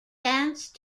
dance